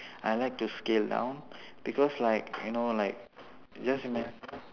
I like to scale down because like you know like just ima~